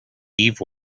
eve